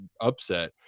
upset